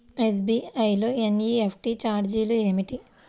SBI లో NEFT ఛార్జీలు ఏమిటి?